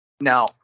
Now